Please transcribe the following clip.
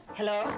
hello